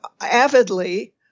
avidly